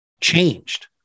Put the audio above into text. changed